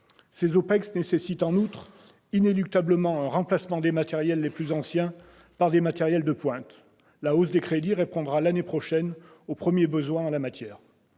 Ces OPEX nécessitent, en outre, inéluctablement, un remplacement des matériels les plus anciens par des matériels de pointe. La hausse des crédits répondra, l'année prochaine, aux premiers besoins en la matière.